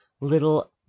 little